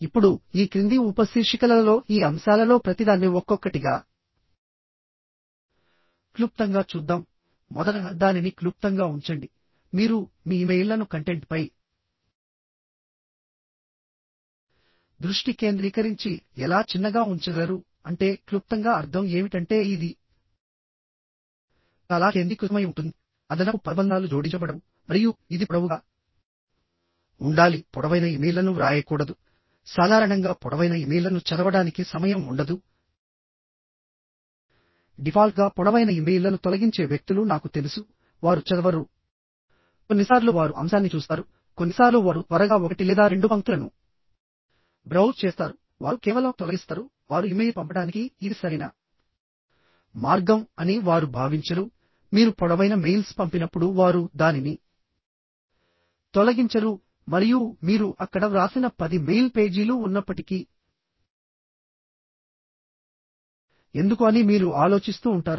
ఇప్పుడు ఈ క్రింది ఉప శీర్షికలలో ఈ అంశాలలో ప్రతిదాన్ని ఒక్కొక్కటిగా క్లుప్తంగా చూద్దాం మొదట దానిని క్లుప్తంగా ఉంచండి మీరు మీ ఇమెయిల్లను కంటెంట్పై దృష్టి కేంద్రీకరించి ఎలా చిన్నగా ఉంచగలరు అంటే క్లుప్తంగా అర్థం ఏమిటంటే ఇది చాలా కేంద్రీకృతమై ఉంటుంది అదనపు పదబంధాలు జోడించబడవు మరియు ఇది పొడవుగా ఉండాలి పొడవైన ఇమెయిల్లను వ్రాయకూడదు సాధారణంగా పొడవైన ఇమెయిల్లను చదవడానికి సమయం ఉండదు డిఫాల్ట్గా పొడవైన ఇమెయిల్లను తొలగించే వ్యక్తులు నాకు తెలుసు వారు చదవరు కొన్నిసార్లు వారు అంశాన్ని చూస్తారు కొన్నిసార్లు వారు త్వరగా ఒకటి లేదా రెండు పంక్తులను బ్రౌజ్ చేస్తారు వారు కేవలం తొలగిస్తారు వారు ఇమెయిల్ పంపడానికి ఇది సరైన మార్గం అని వారు భావించరు మీరు పొడవైన మెయిల్స్ పంపినప్పుడు వారు దానిని తొలగించరు మరియు మీరు అక్కడ వ్రాసిన పది మెయిల్ పేజీలు ఉన్నప్పటికీ ఎందుకు అని మీరు ఆలోచిస్తూ ఉంటారు